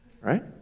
Right